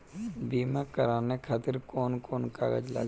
बीमा कराने खातिर कौन कौन कागज लागी?